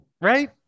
right